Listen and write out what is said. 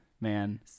Man